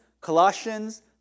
Colossians